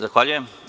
Zahvaljujem.